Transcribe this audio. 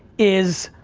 is.